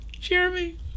Jeremy